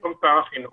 במקום שר החינוך,